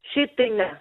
šiaip tai ne